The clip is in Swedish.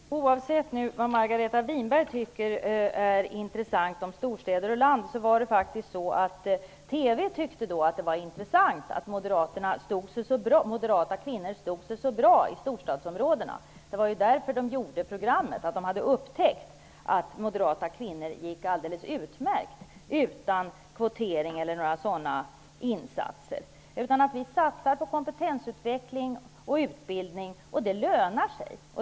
Fru talman! Oavsett vad Margareta Winberg tycker är intressant i fråga om storstäder och land, var det så att man på TV tyckte att det var intressant att moderata kvinnor stod sig så bra i storstadsområdena. Man gjorde programmet därför att man hade upptäckt att moderata kvinnor klarade sig alldeles utmärkt, utan kvotering eller andra insatser. Vi satsar på kompetensutveckling och utbildning, och det lönar sig.